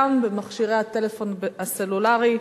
גם במכשירי הטלפון הסלולרי.